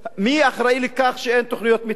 מי אחראי לכך שאין תוכניות מיתאר?